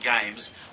games